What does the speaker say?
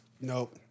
Nope